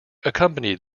accompanied